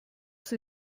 sie